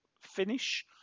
finish